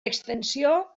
extensió